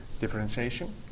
differentiation